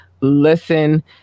listen